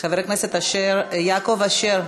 חבר הכנסת יעקב אשר,